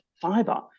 fiber